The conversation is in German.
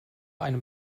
einem